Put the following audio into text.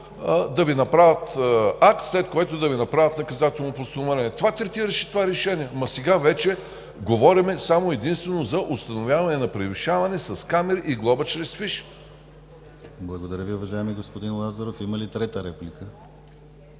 да Ви направят акт, след което да Ви направят наказателно постановление. Това третираше решението, но сега вече говорим само и единствено за установяване на превишаване с камери и глоба чрез фиш. ПРЕДСЕДАТЕЛ ДИМИТЪР ГЛАВЧЕВ: Благодаря Ви, уважаеми господин Лазаров. Има ли трета реплика?